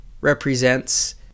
represents